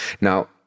Now